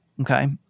okay